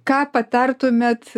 ką patartumėt